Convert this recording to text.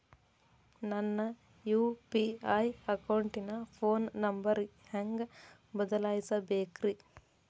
ನನ್ನ ಯು.ಪಿ.ಐ ಅಕೌಂಟಿನ phone number ಹೆಂಗ್ ಬದಲಾಯಿಸ ಬೇಕ್ರಿ?